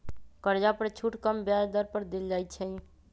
कर्जा पर छुट कम ब्याज दर पर देल जाइ छइ